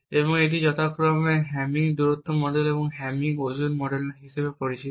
এবং এটি যথাক্রমে হ্যামিং দূরত্ব মডেল এবং হ্যামিং ওজন মডেল হিসাবে পরিচিত